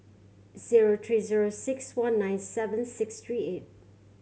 zero three zero six one nine seven six three eight